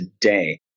today